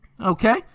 Okay